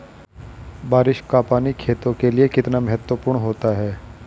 बारिश का पानी खेतों के लिये कितना महत्वपूर्ण होता है?